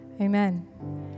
amen